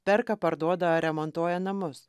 perka parduoda ar remontuoja namus